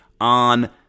on